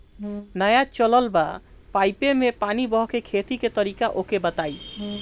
नया चलल बा पाईपे मै पानी बहाके खेती के तरीका ओके बताई?